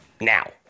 now